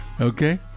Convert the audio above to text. okay